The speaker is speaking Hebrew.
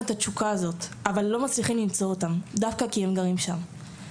את התשוקה הזאת אבל לא מצליחים למצוא אותם דווקא כי הם גרים שם.